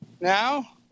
Now